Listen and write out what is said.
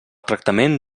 tractament